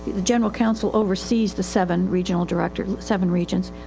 the general counsel oversees the seven regional directors, seven regions.